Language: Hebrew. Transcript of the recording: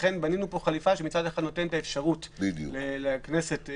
לכן בנינו פה חליפה שמצד אחד נותנת את האפשרות לכנסת --- בדיוק.